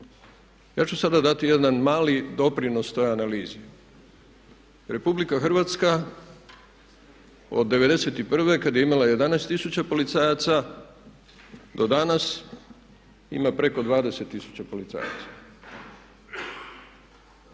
Ja ću sada dati jedan mali doprinos toj analizi. Republika Hrvatska od '91. kad je imala 11 000 policajaca do danas ima preko 20 000 policajaca.